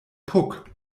puck